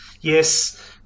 Yes